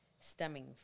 stemming